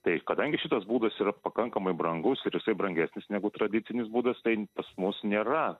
tai kadangi šitas būdas yra pakankamai brangus ir jisai brangesnis negu tradicinis būdas tain pas mus nėra